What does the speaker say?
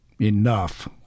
enough